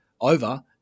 over